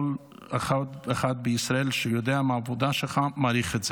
כל אחד ואחת בישראל שיודע מה העבודה שלך מעריך את זה.